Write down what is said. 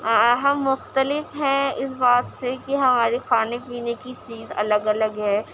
ہم مختلف ہیں اس بات سے کہ ہمارے کھانے پینے کی چیز الگ الگ ہے